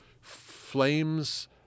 flames